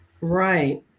right